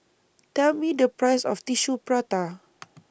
Tell Me The Price of Tissue Prata